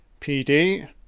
PD